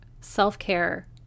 self-care